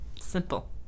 Simple